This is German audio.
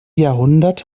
jahrhundert